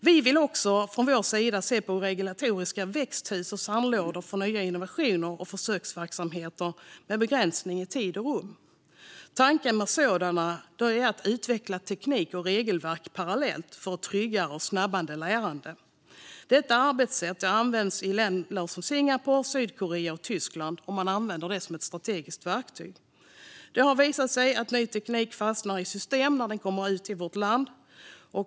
Vi vill också från vår sida se på regulatoriska växthus och sandlådor för nya innovationer och försöksverksamheter med begränsning i tid och rum. Tanken med sådana är att utveckla teknik och regelverk parallellt för ett tryggare och snabbare lärande. Detta arbetssätt används i länder som Singapore, Sydkorea och Tyskland som ett strategiskt verktyg. Det har visat sig att ny teknik fastnar i systemen när den kommer ut i vårt land.